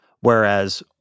Whereas